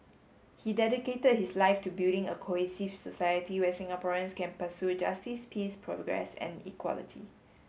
he dedicated his life to building a cohesive society where Singaporeans can pursue justice peace progress and equality